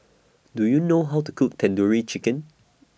Do YOU know How to Cook Tandoori Chicken